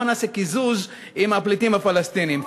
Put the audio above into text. בוא נעשה קיזוז עם הפליטים הפלסטינים,